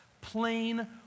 plain